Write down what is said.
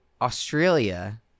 Australia